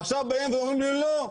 עכשיו באים ואומרים לי לא,